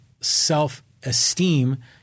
self-esteem